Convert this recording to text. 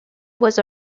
was